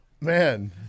Man